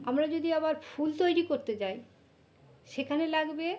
আমরা যদি আবার ফুল তৈরি করতে যাই সেখানে লাগবে